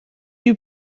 eut